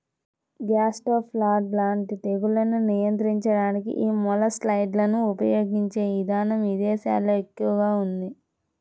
gastropod లాంటి తెగుళ్లను నియంత్రించడానికి యీ మొలస్సైడ్లను ఉపయిగించే ఇదానం ఇదేశాల్లో ఎక్కువగా ఉంది